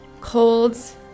Colds